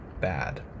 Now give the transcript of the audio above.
Bad